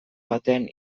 batean